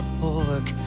pork